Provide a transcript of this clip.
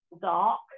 dark